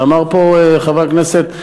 ואמר פה חבר הכנסת,